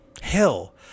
Hell